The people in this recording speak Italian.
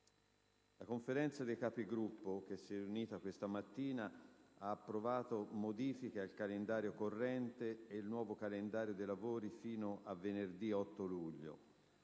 la Conferenza dei Capigruppo, riunitasi questa mattina, ha approvato modifiche al calendario corrente ed il nuovo calendario dei lavori fino a venerdì 8 luglio.